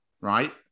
right